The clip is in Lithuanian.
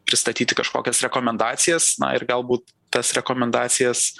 pristatyti kažkokias rekomendacijas na ir galbūt tas rekomendacijas